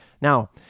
Now